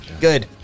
Good